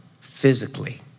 physically